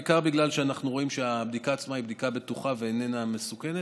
בעיקר בגלל שאנחנו רואים שהבדיקה עצמה היא בדיקה בטוחה ואיננה מסוכנת,